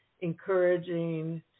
encouraging